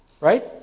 Right